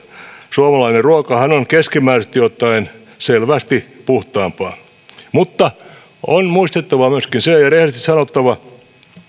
suomalainen ruokahan on keskimääräisesti ottaen selvästi puhtaampaa mutta on muistettava myöskin se ja rehellisesti sanottava